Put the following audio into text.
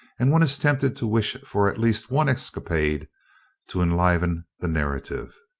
and one is tempted to wish for at least one escapade to enliven the narrative!